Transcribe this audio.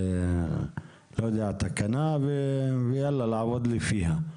לא יודע, תקנה ולעבוד לפיה.